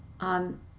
on